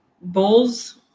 bowls